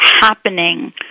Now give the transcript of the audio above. happening